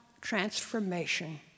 transformation